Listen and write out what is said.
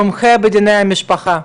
מומחה בדיני משפחה.